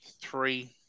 three